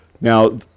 Now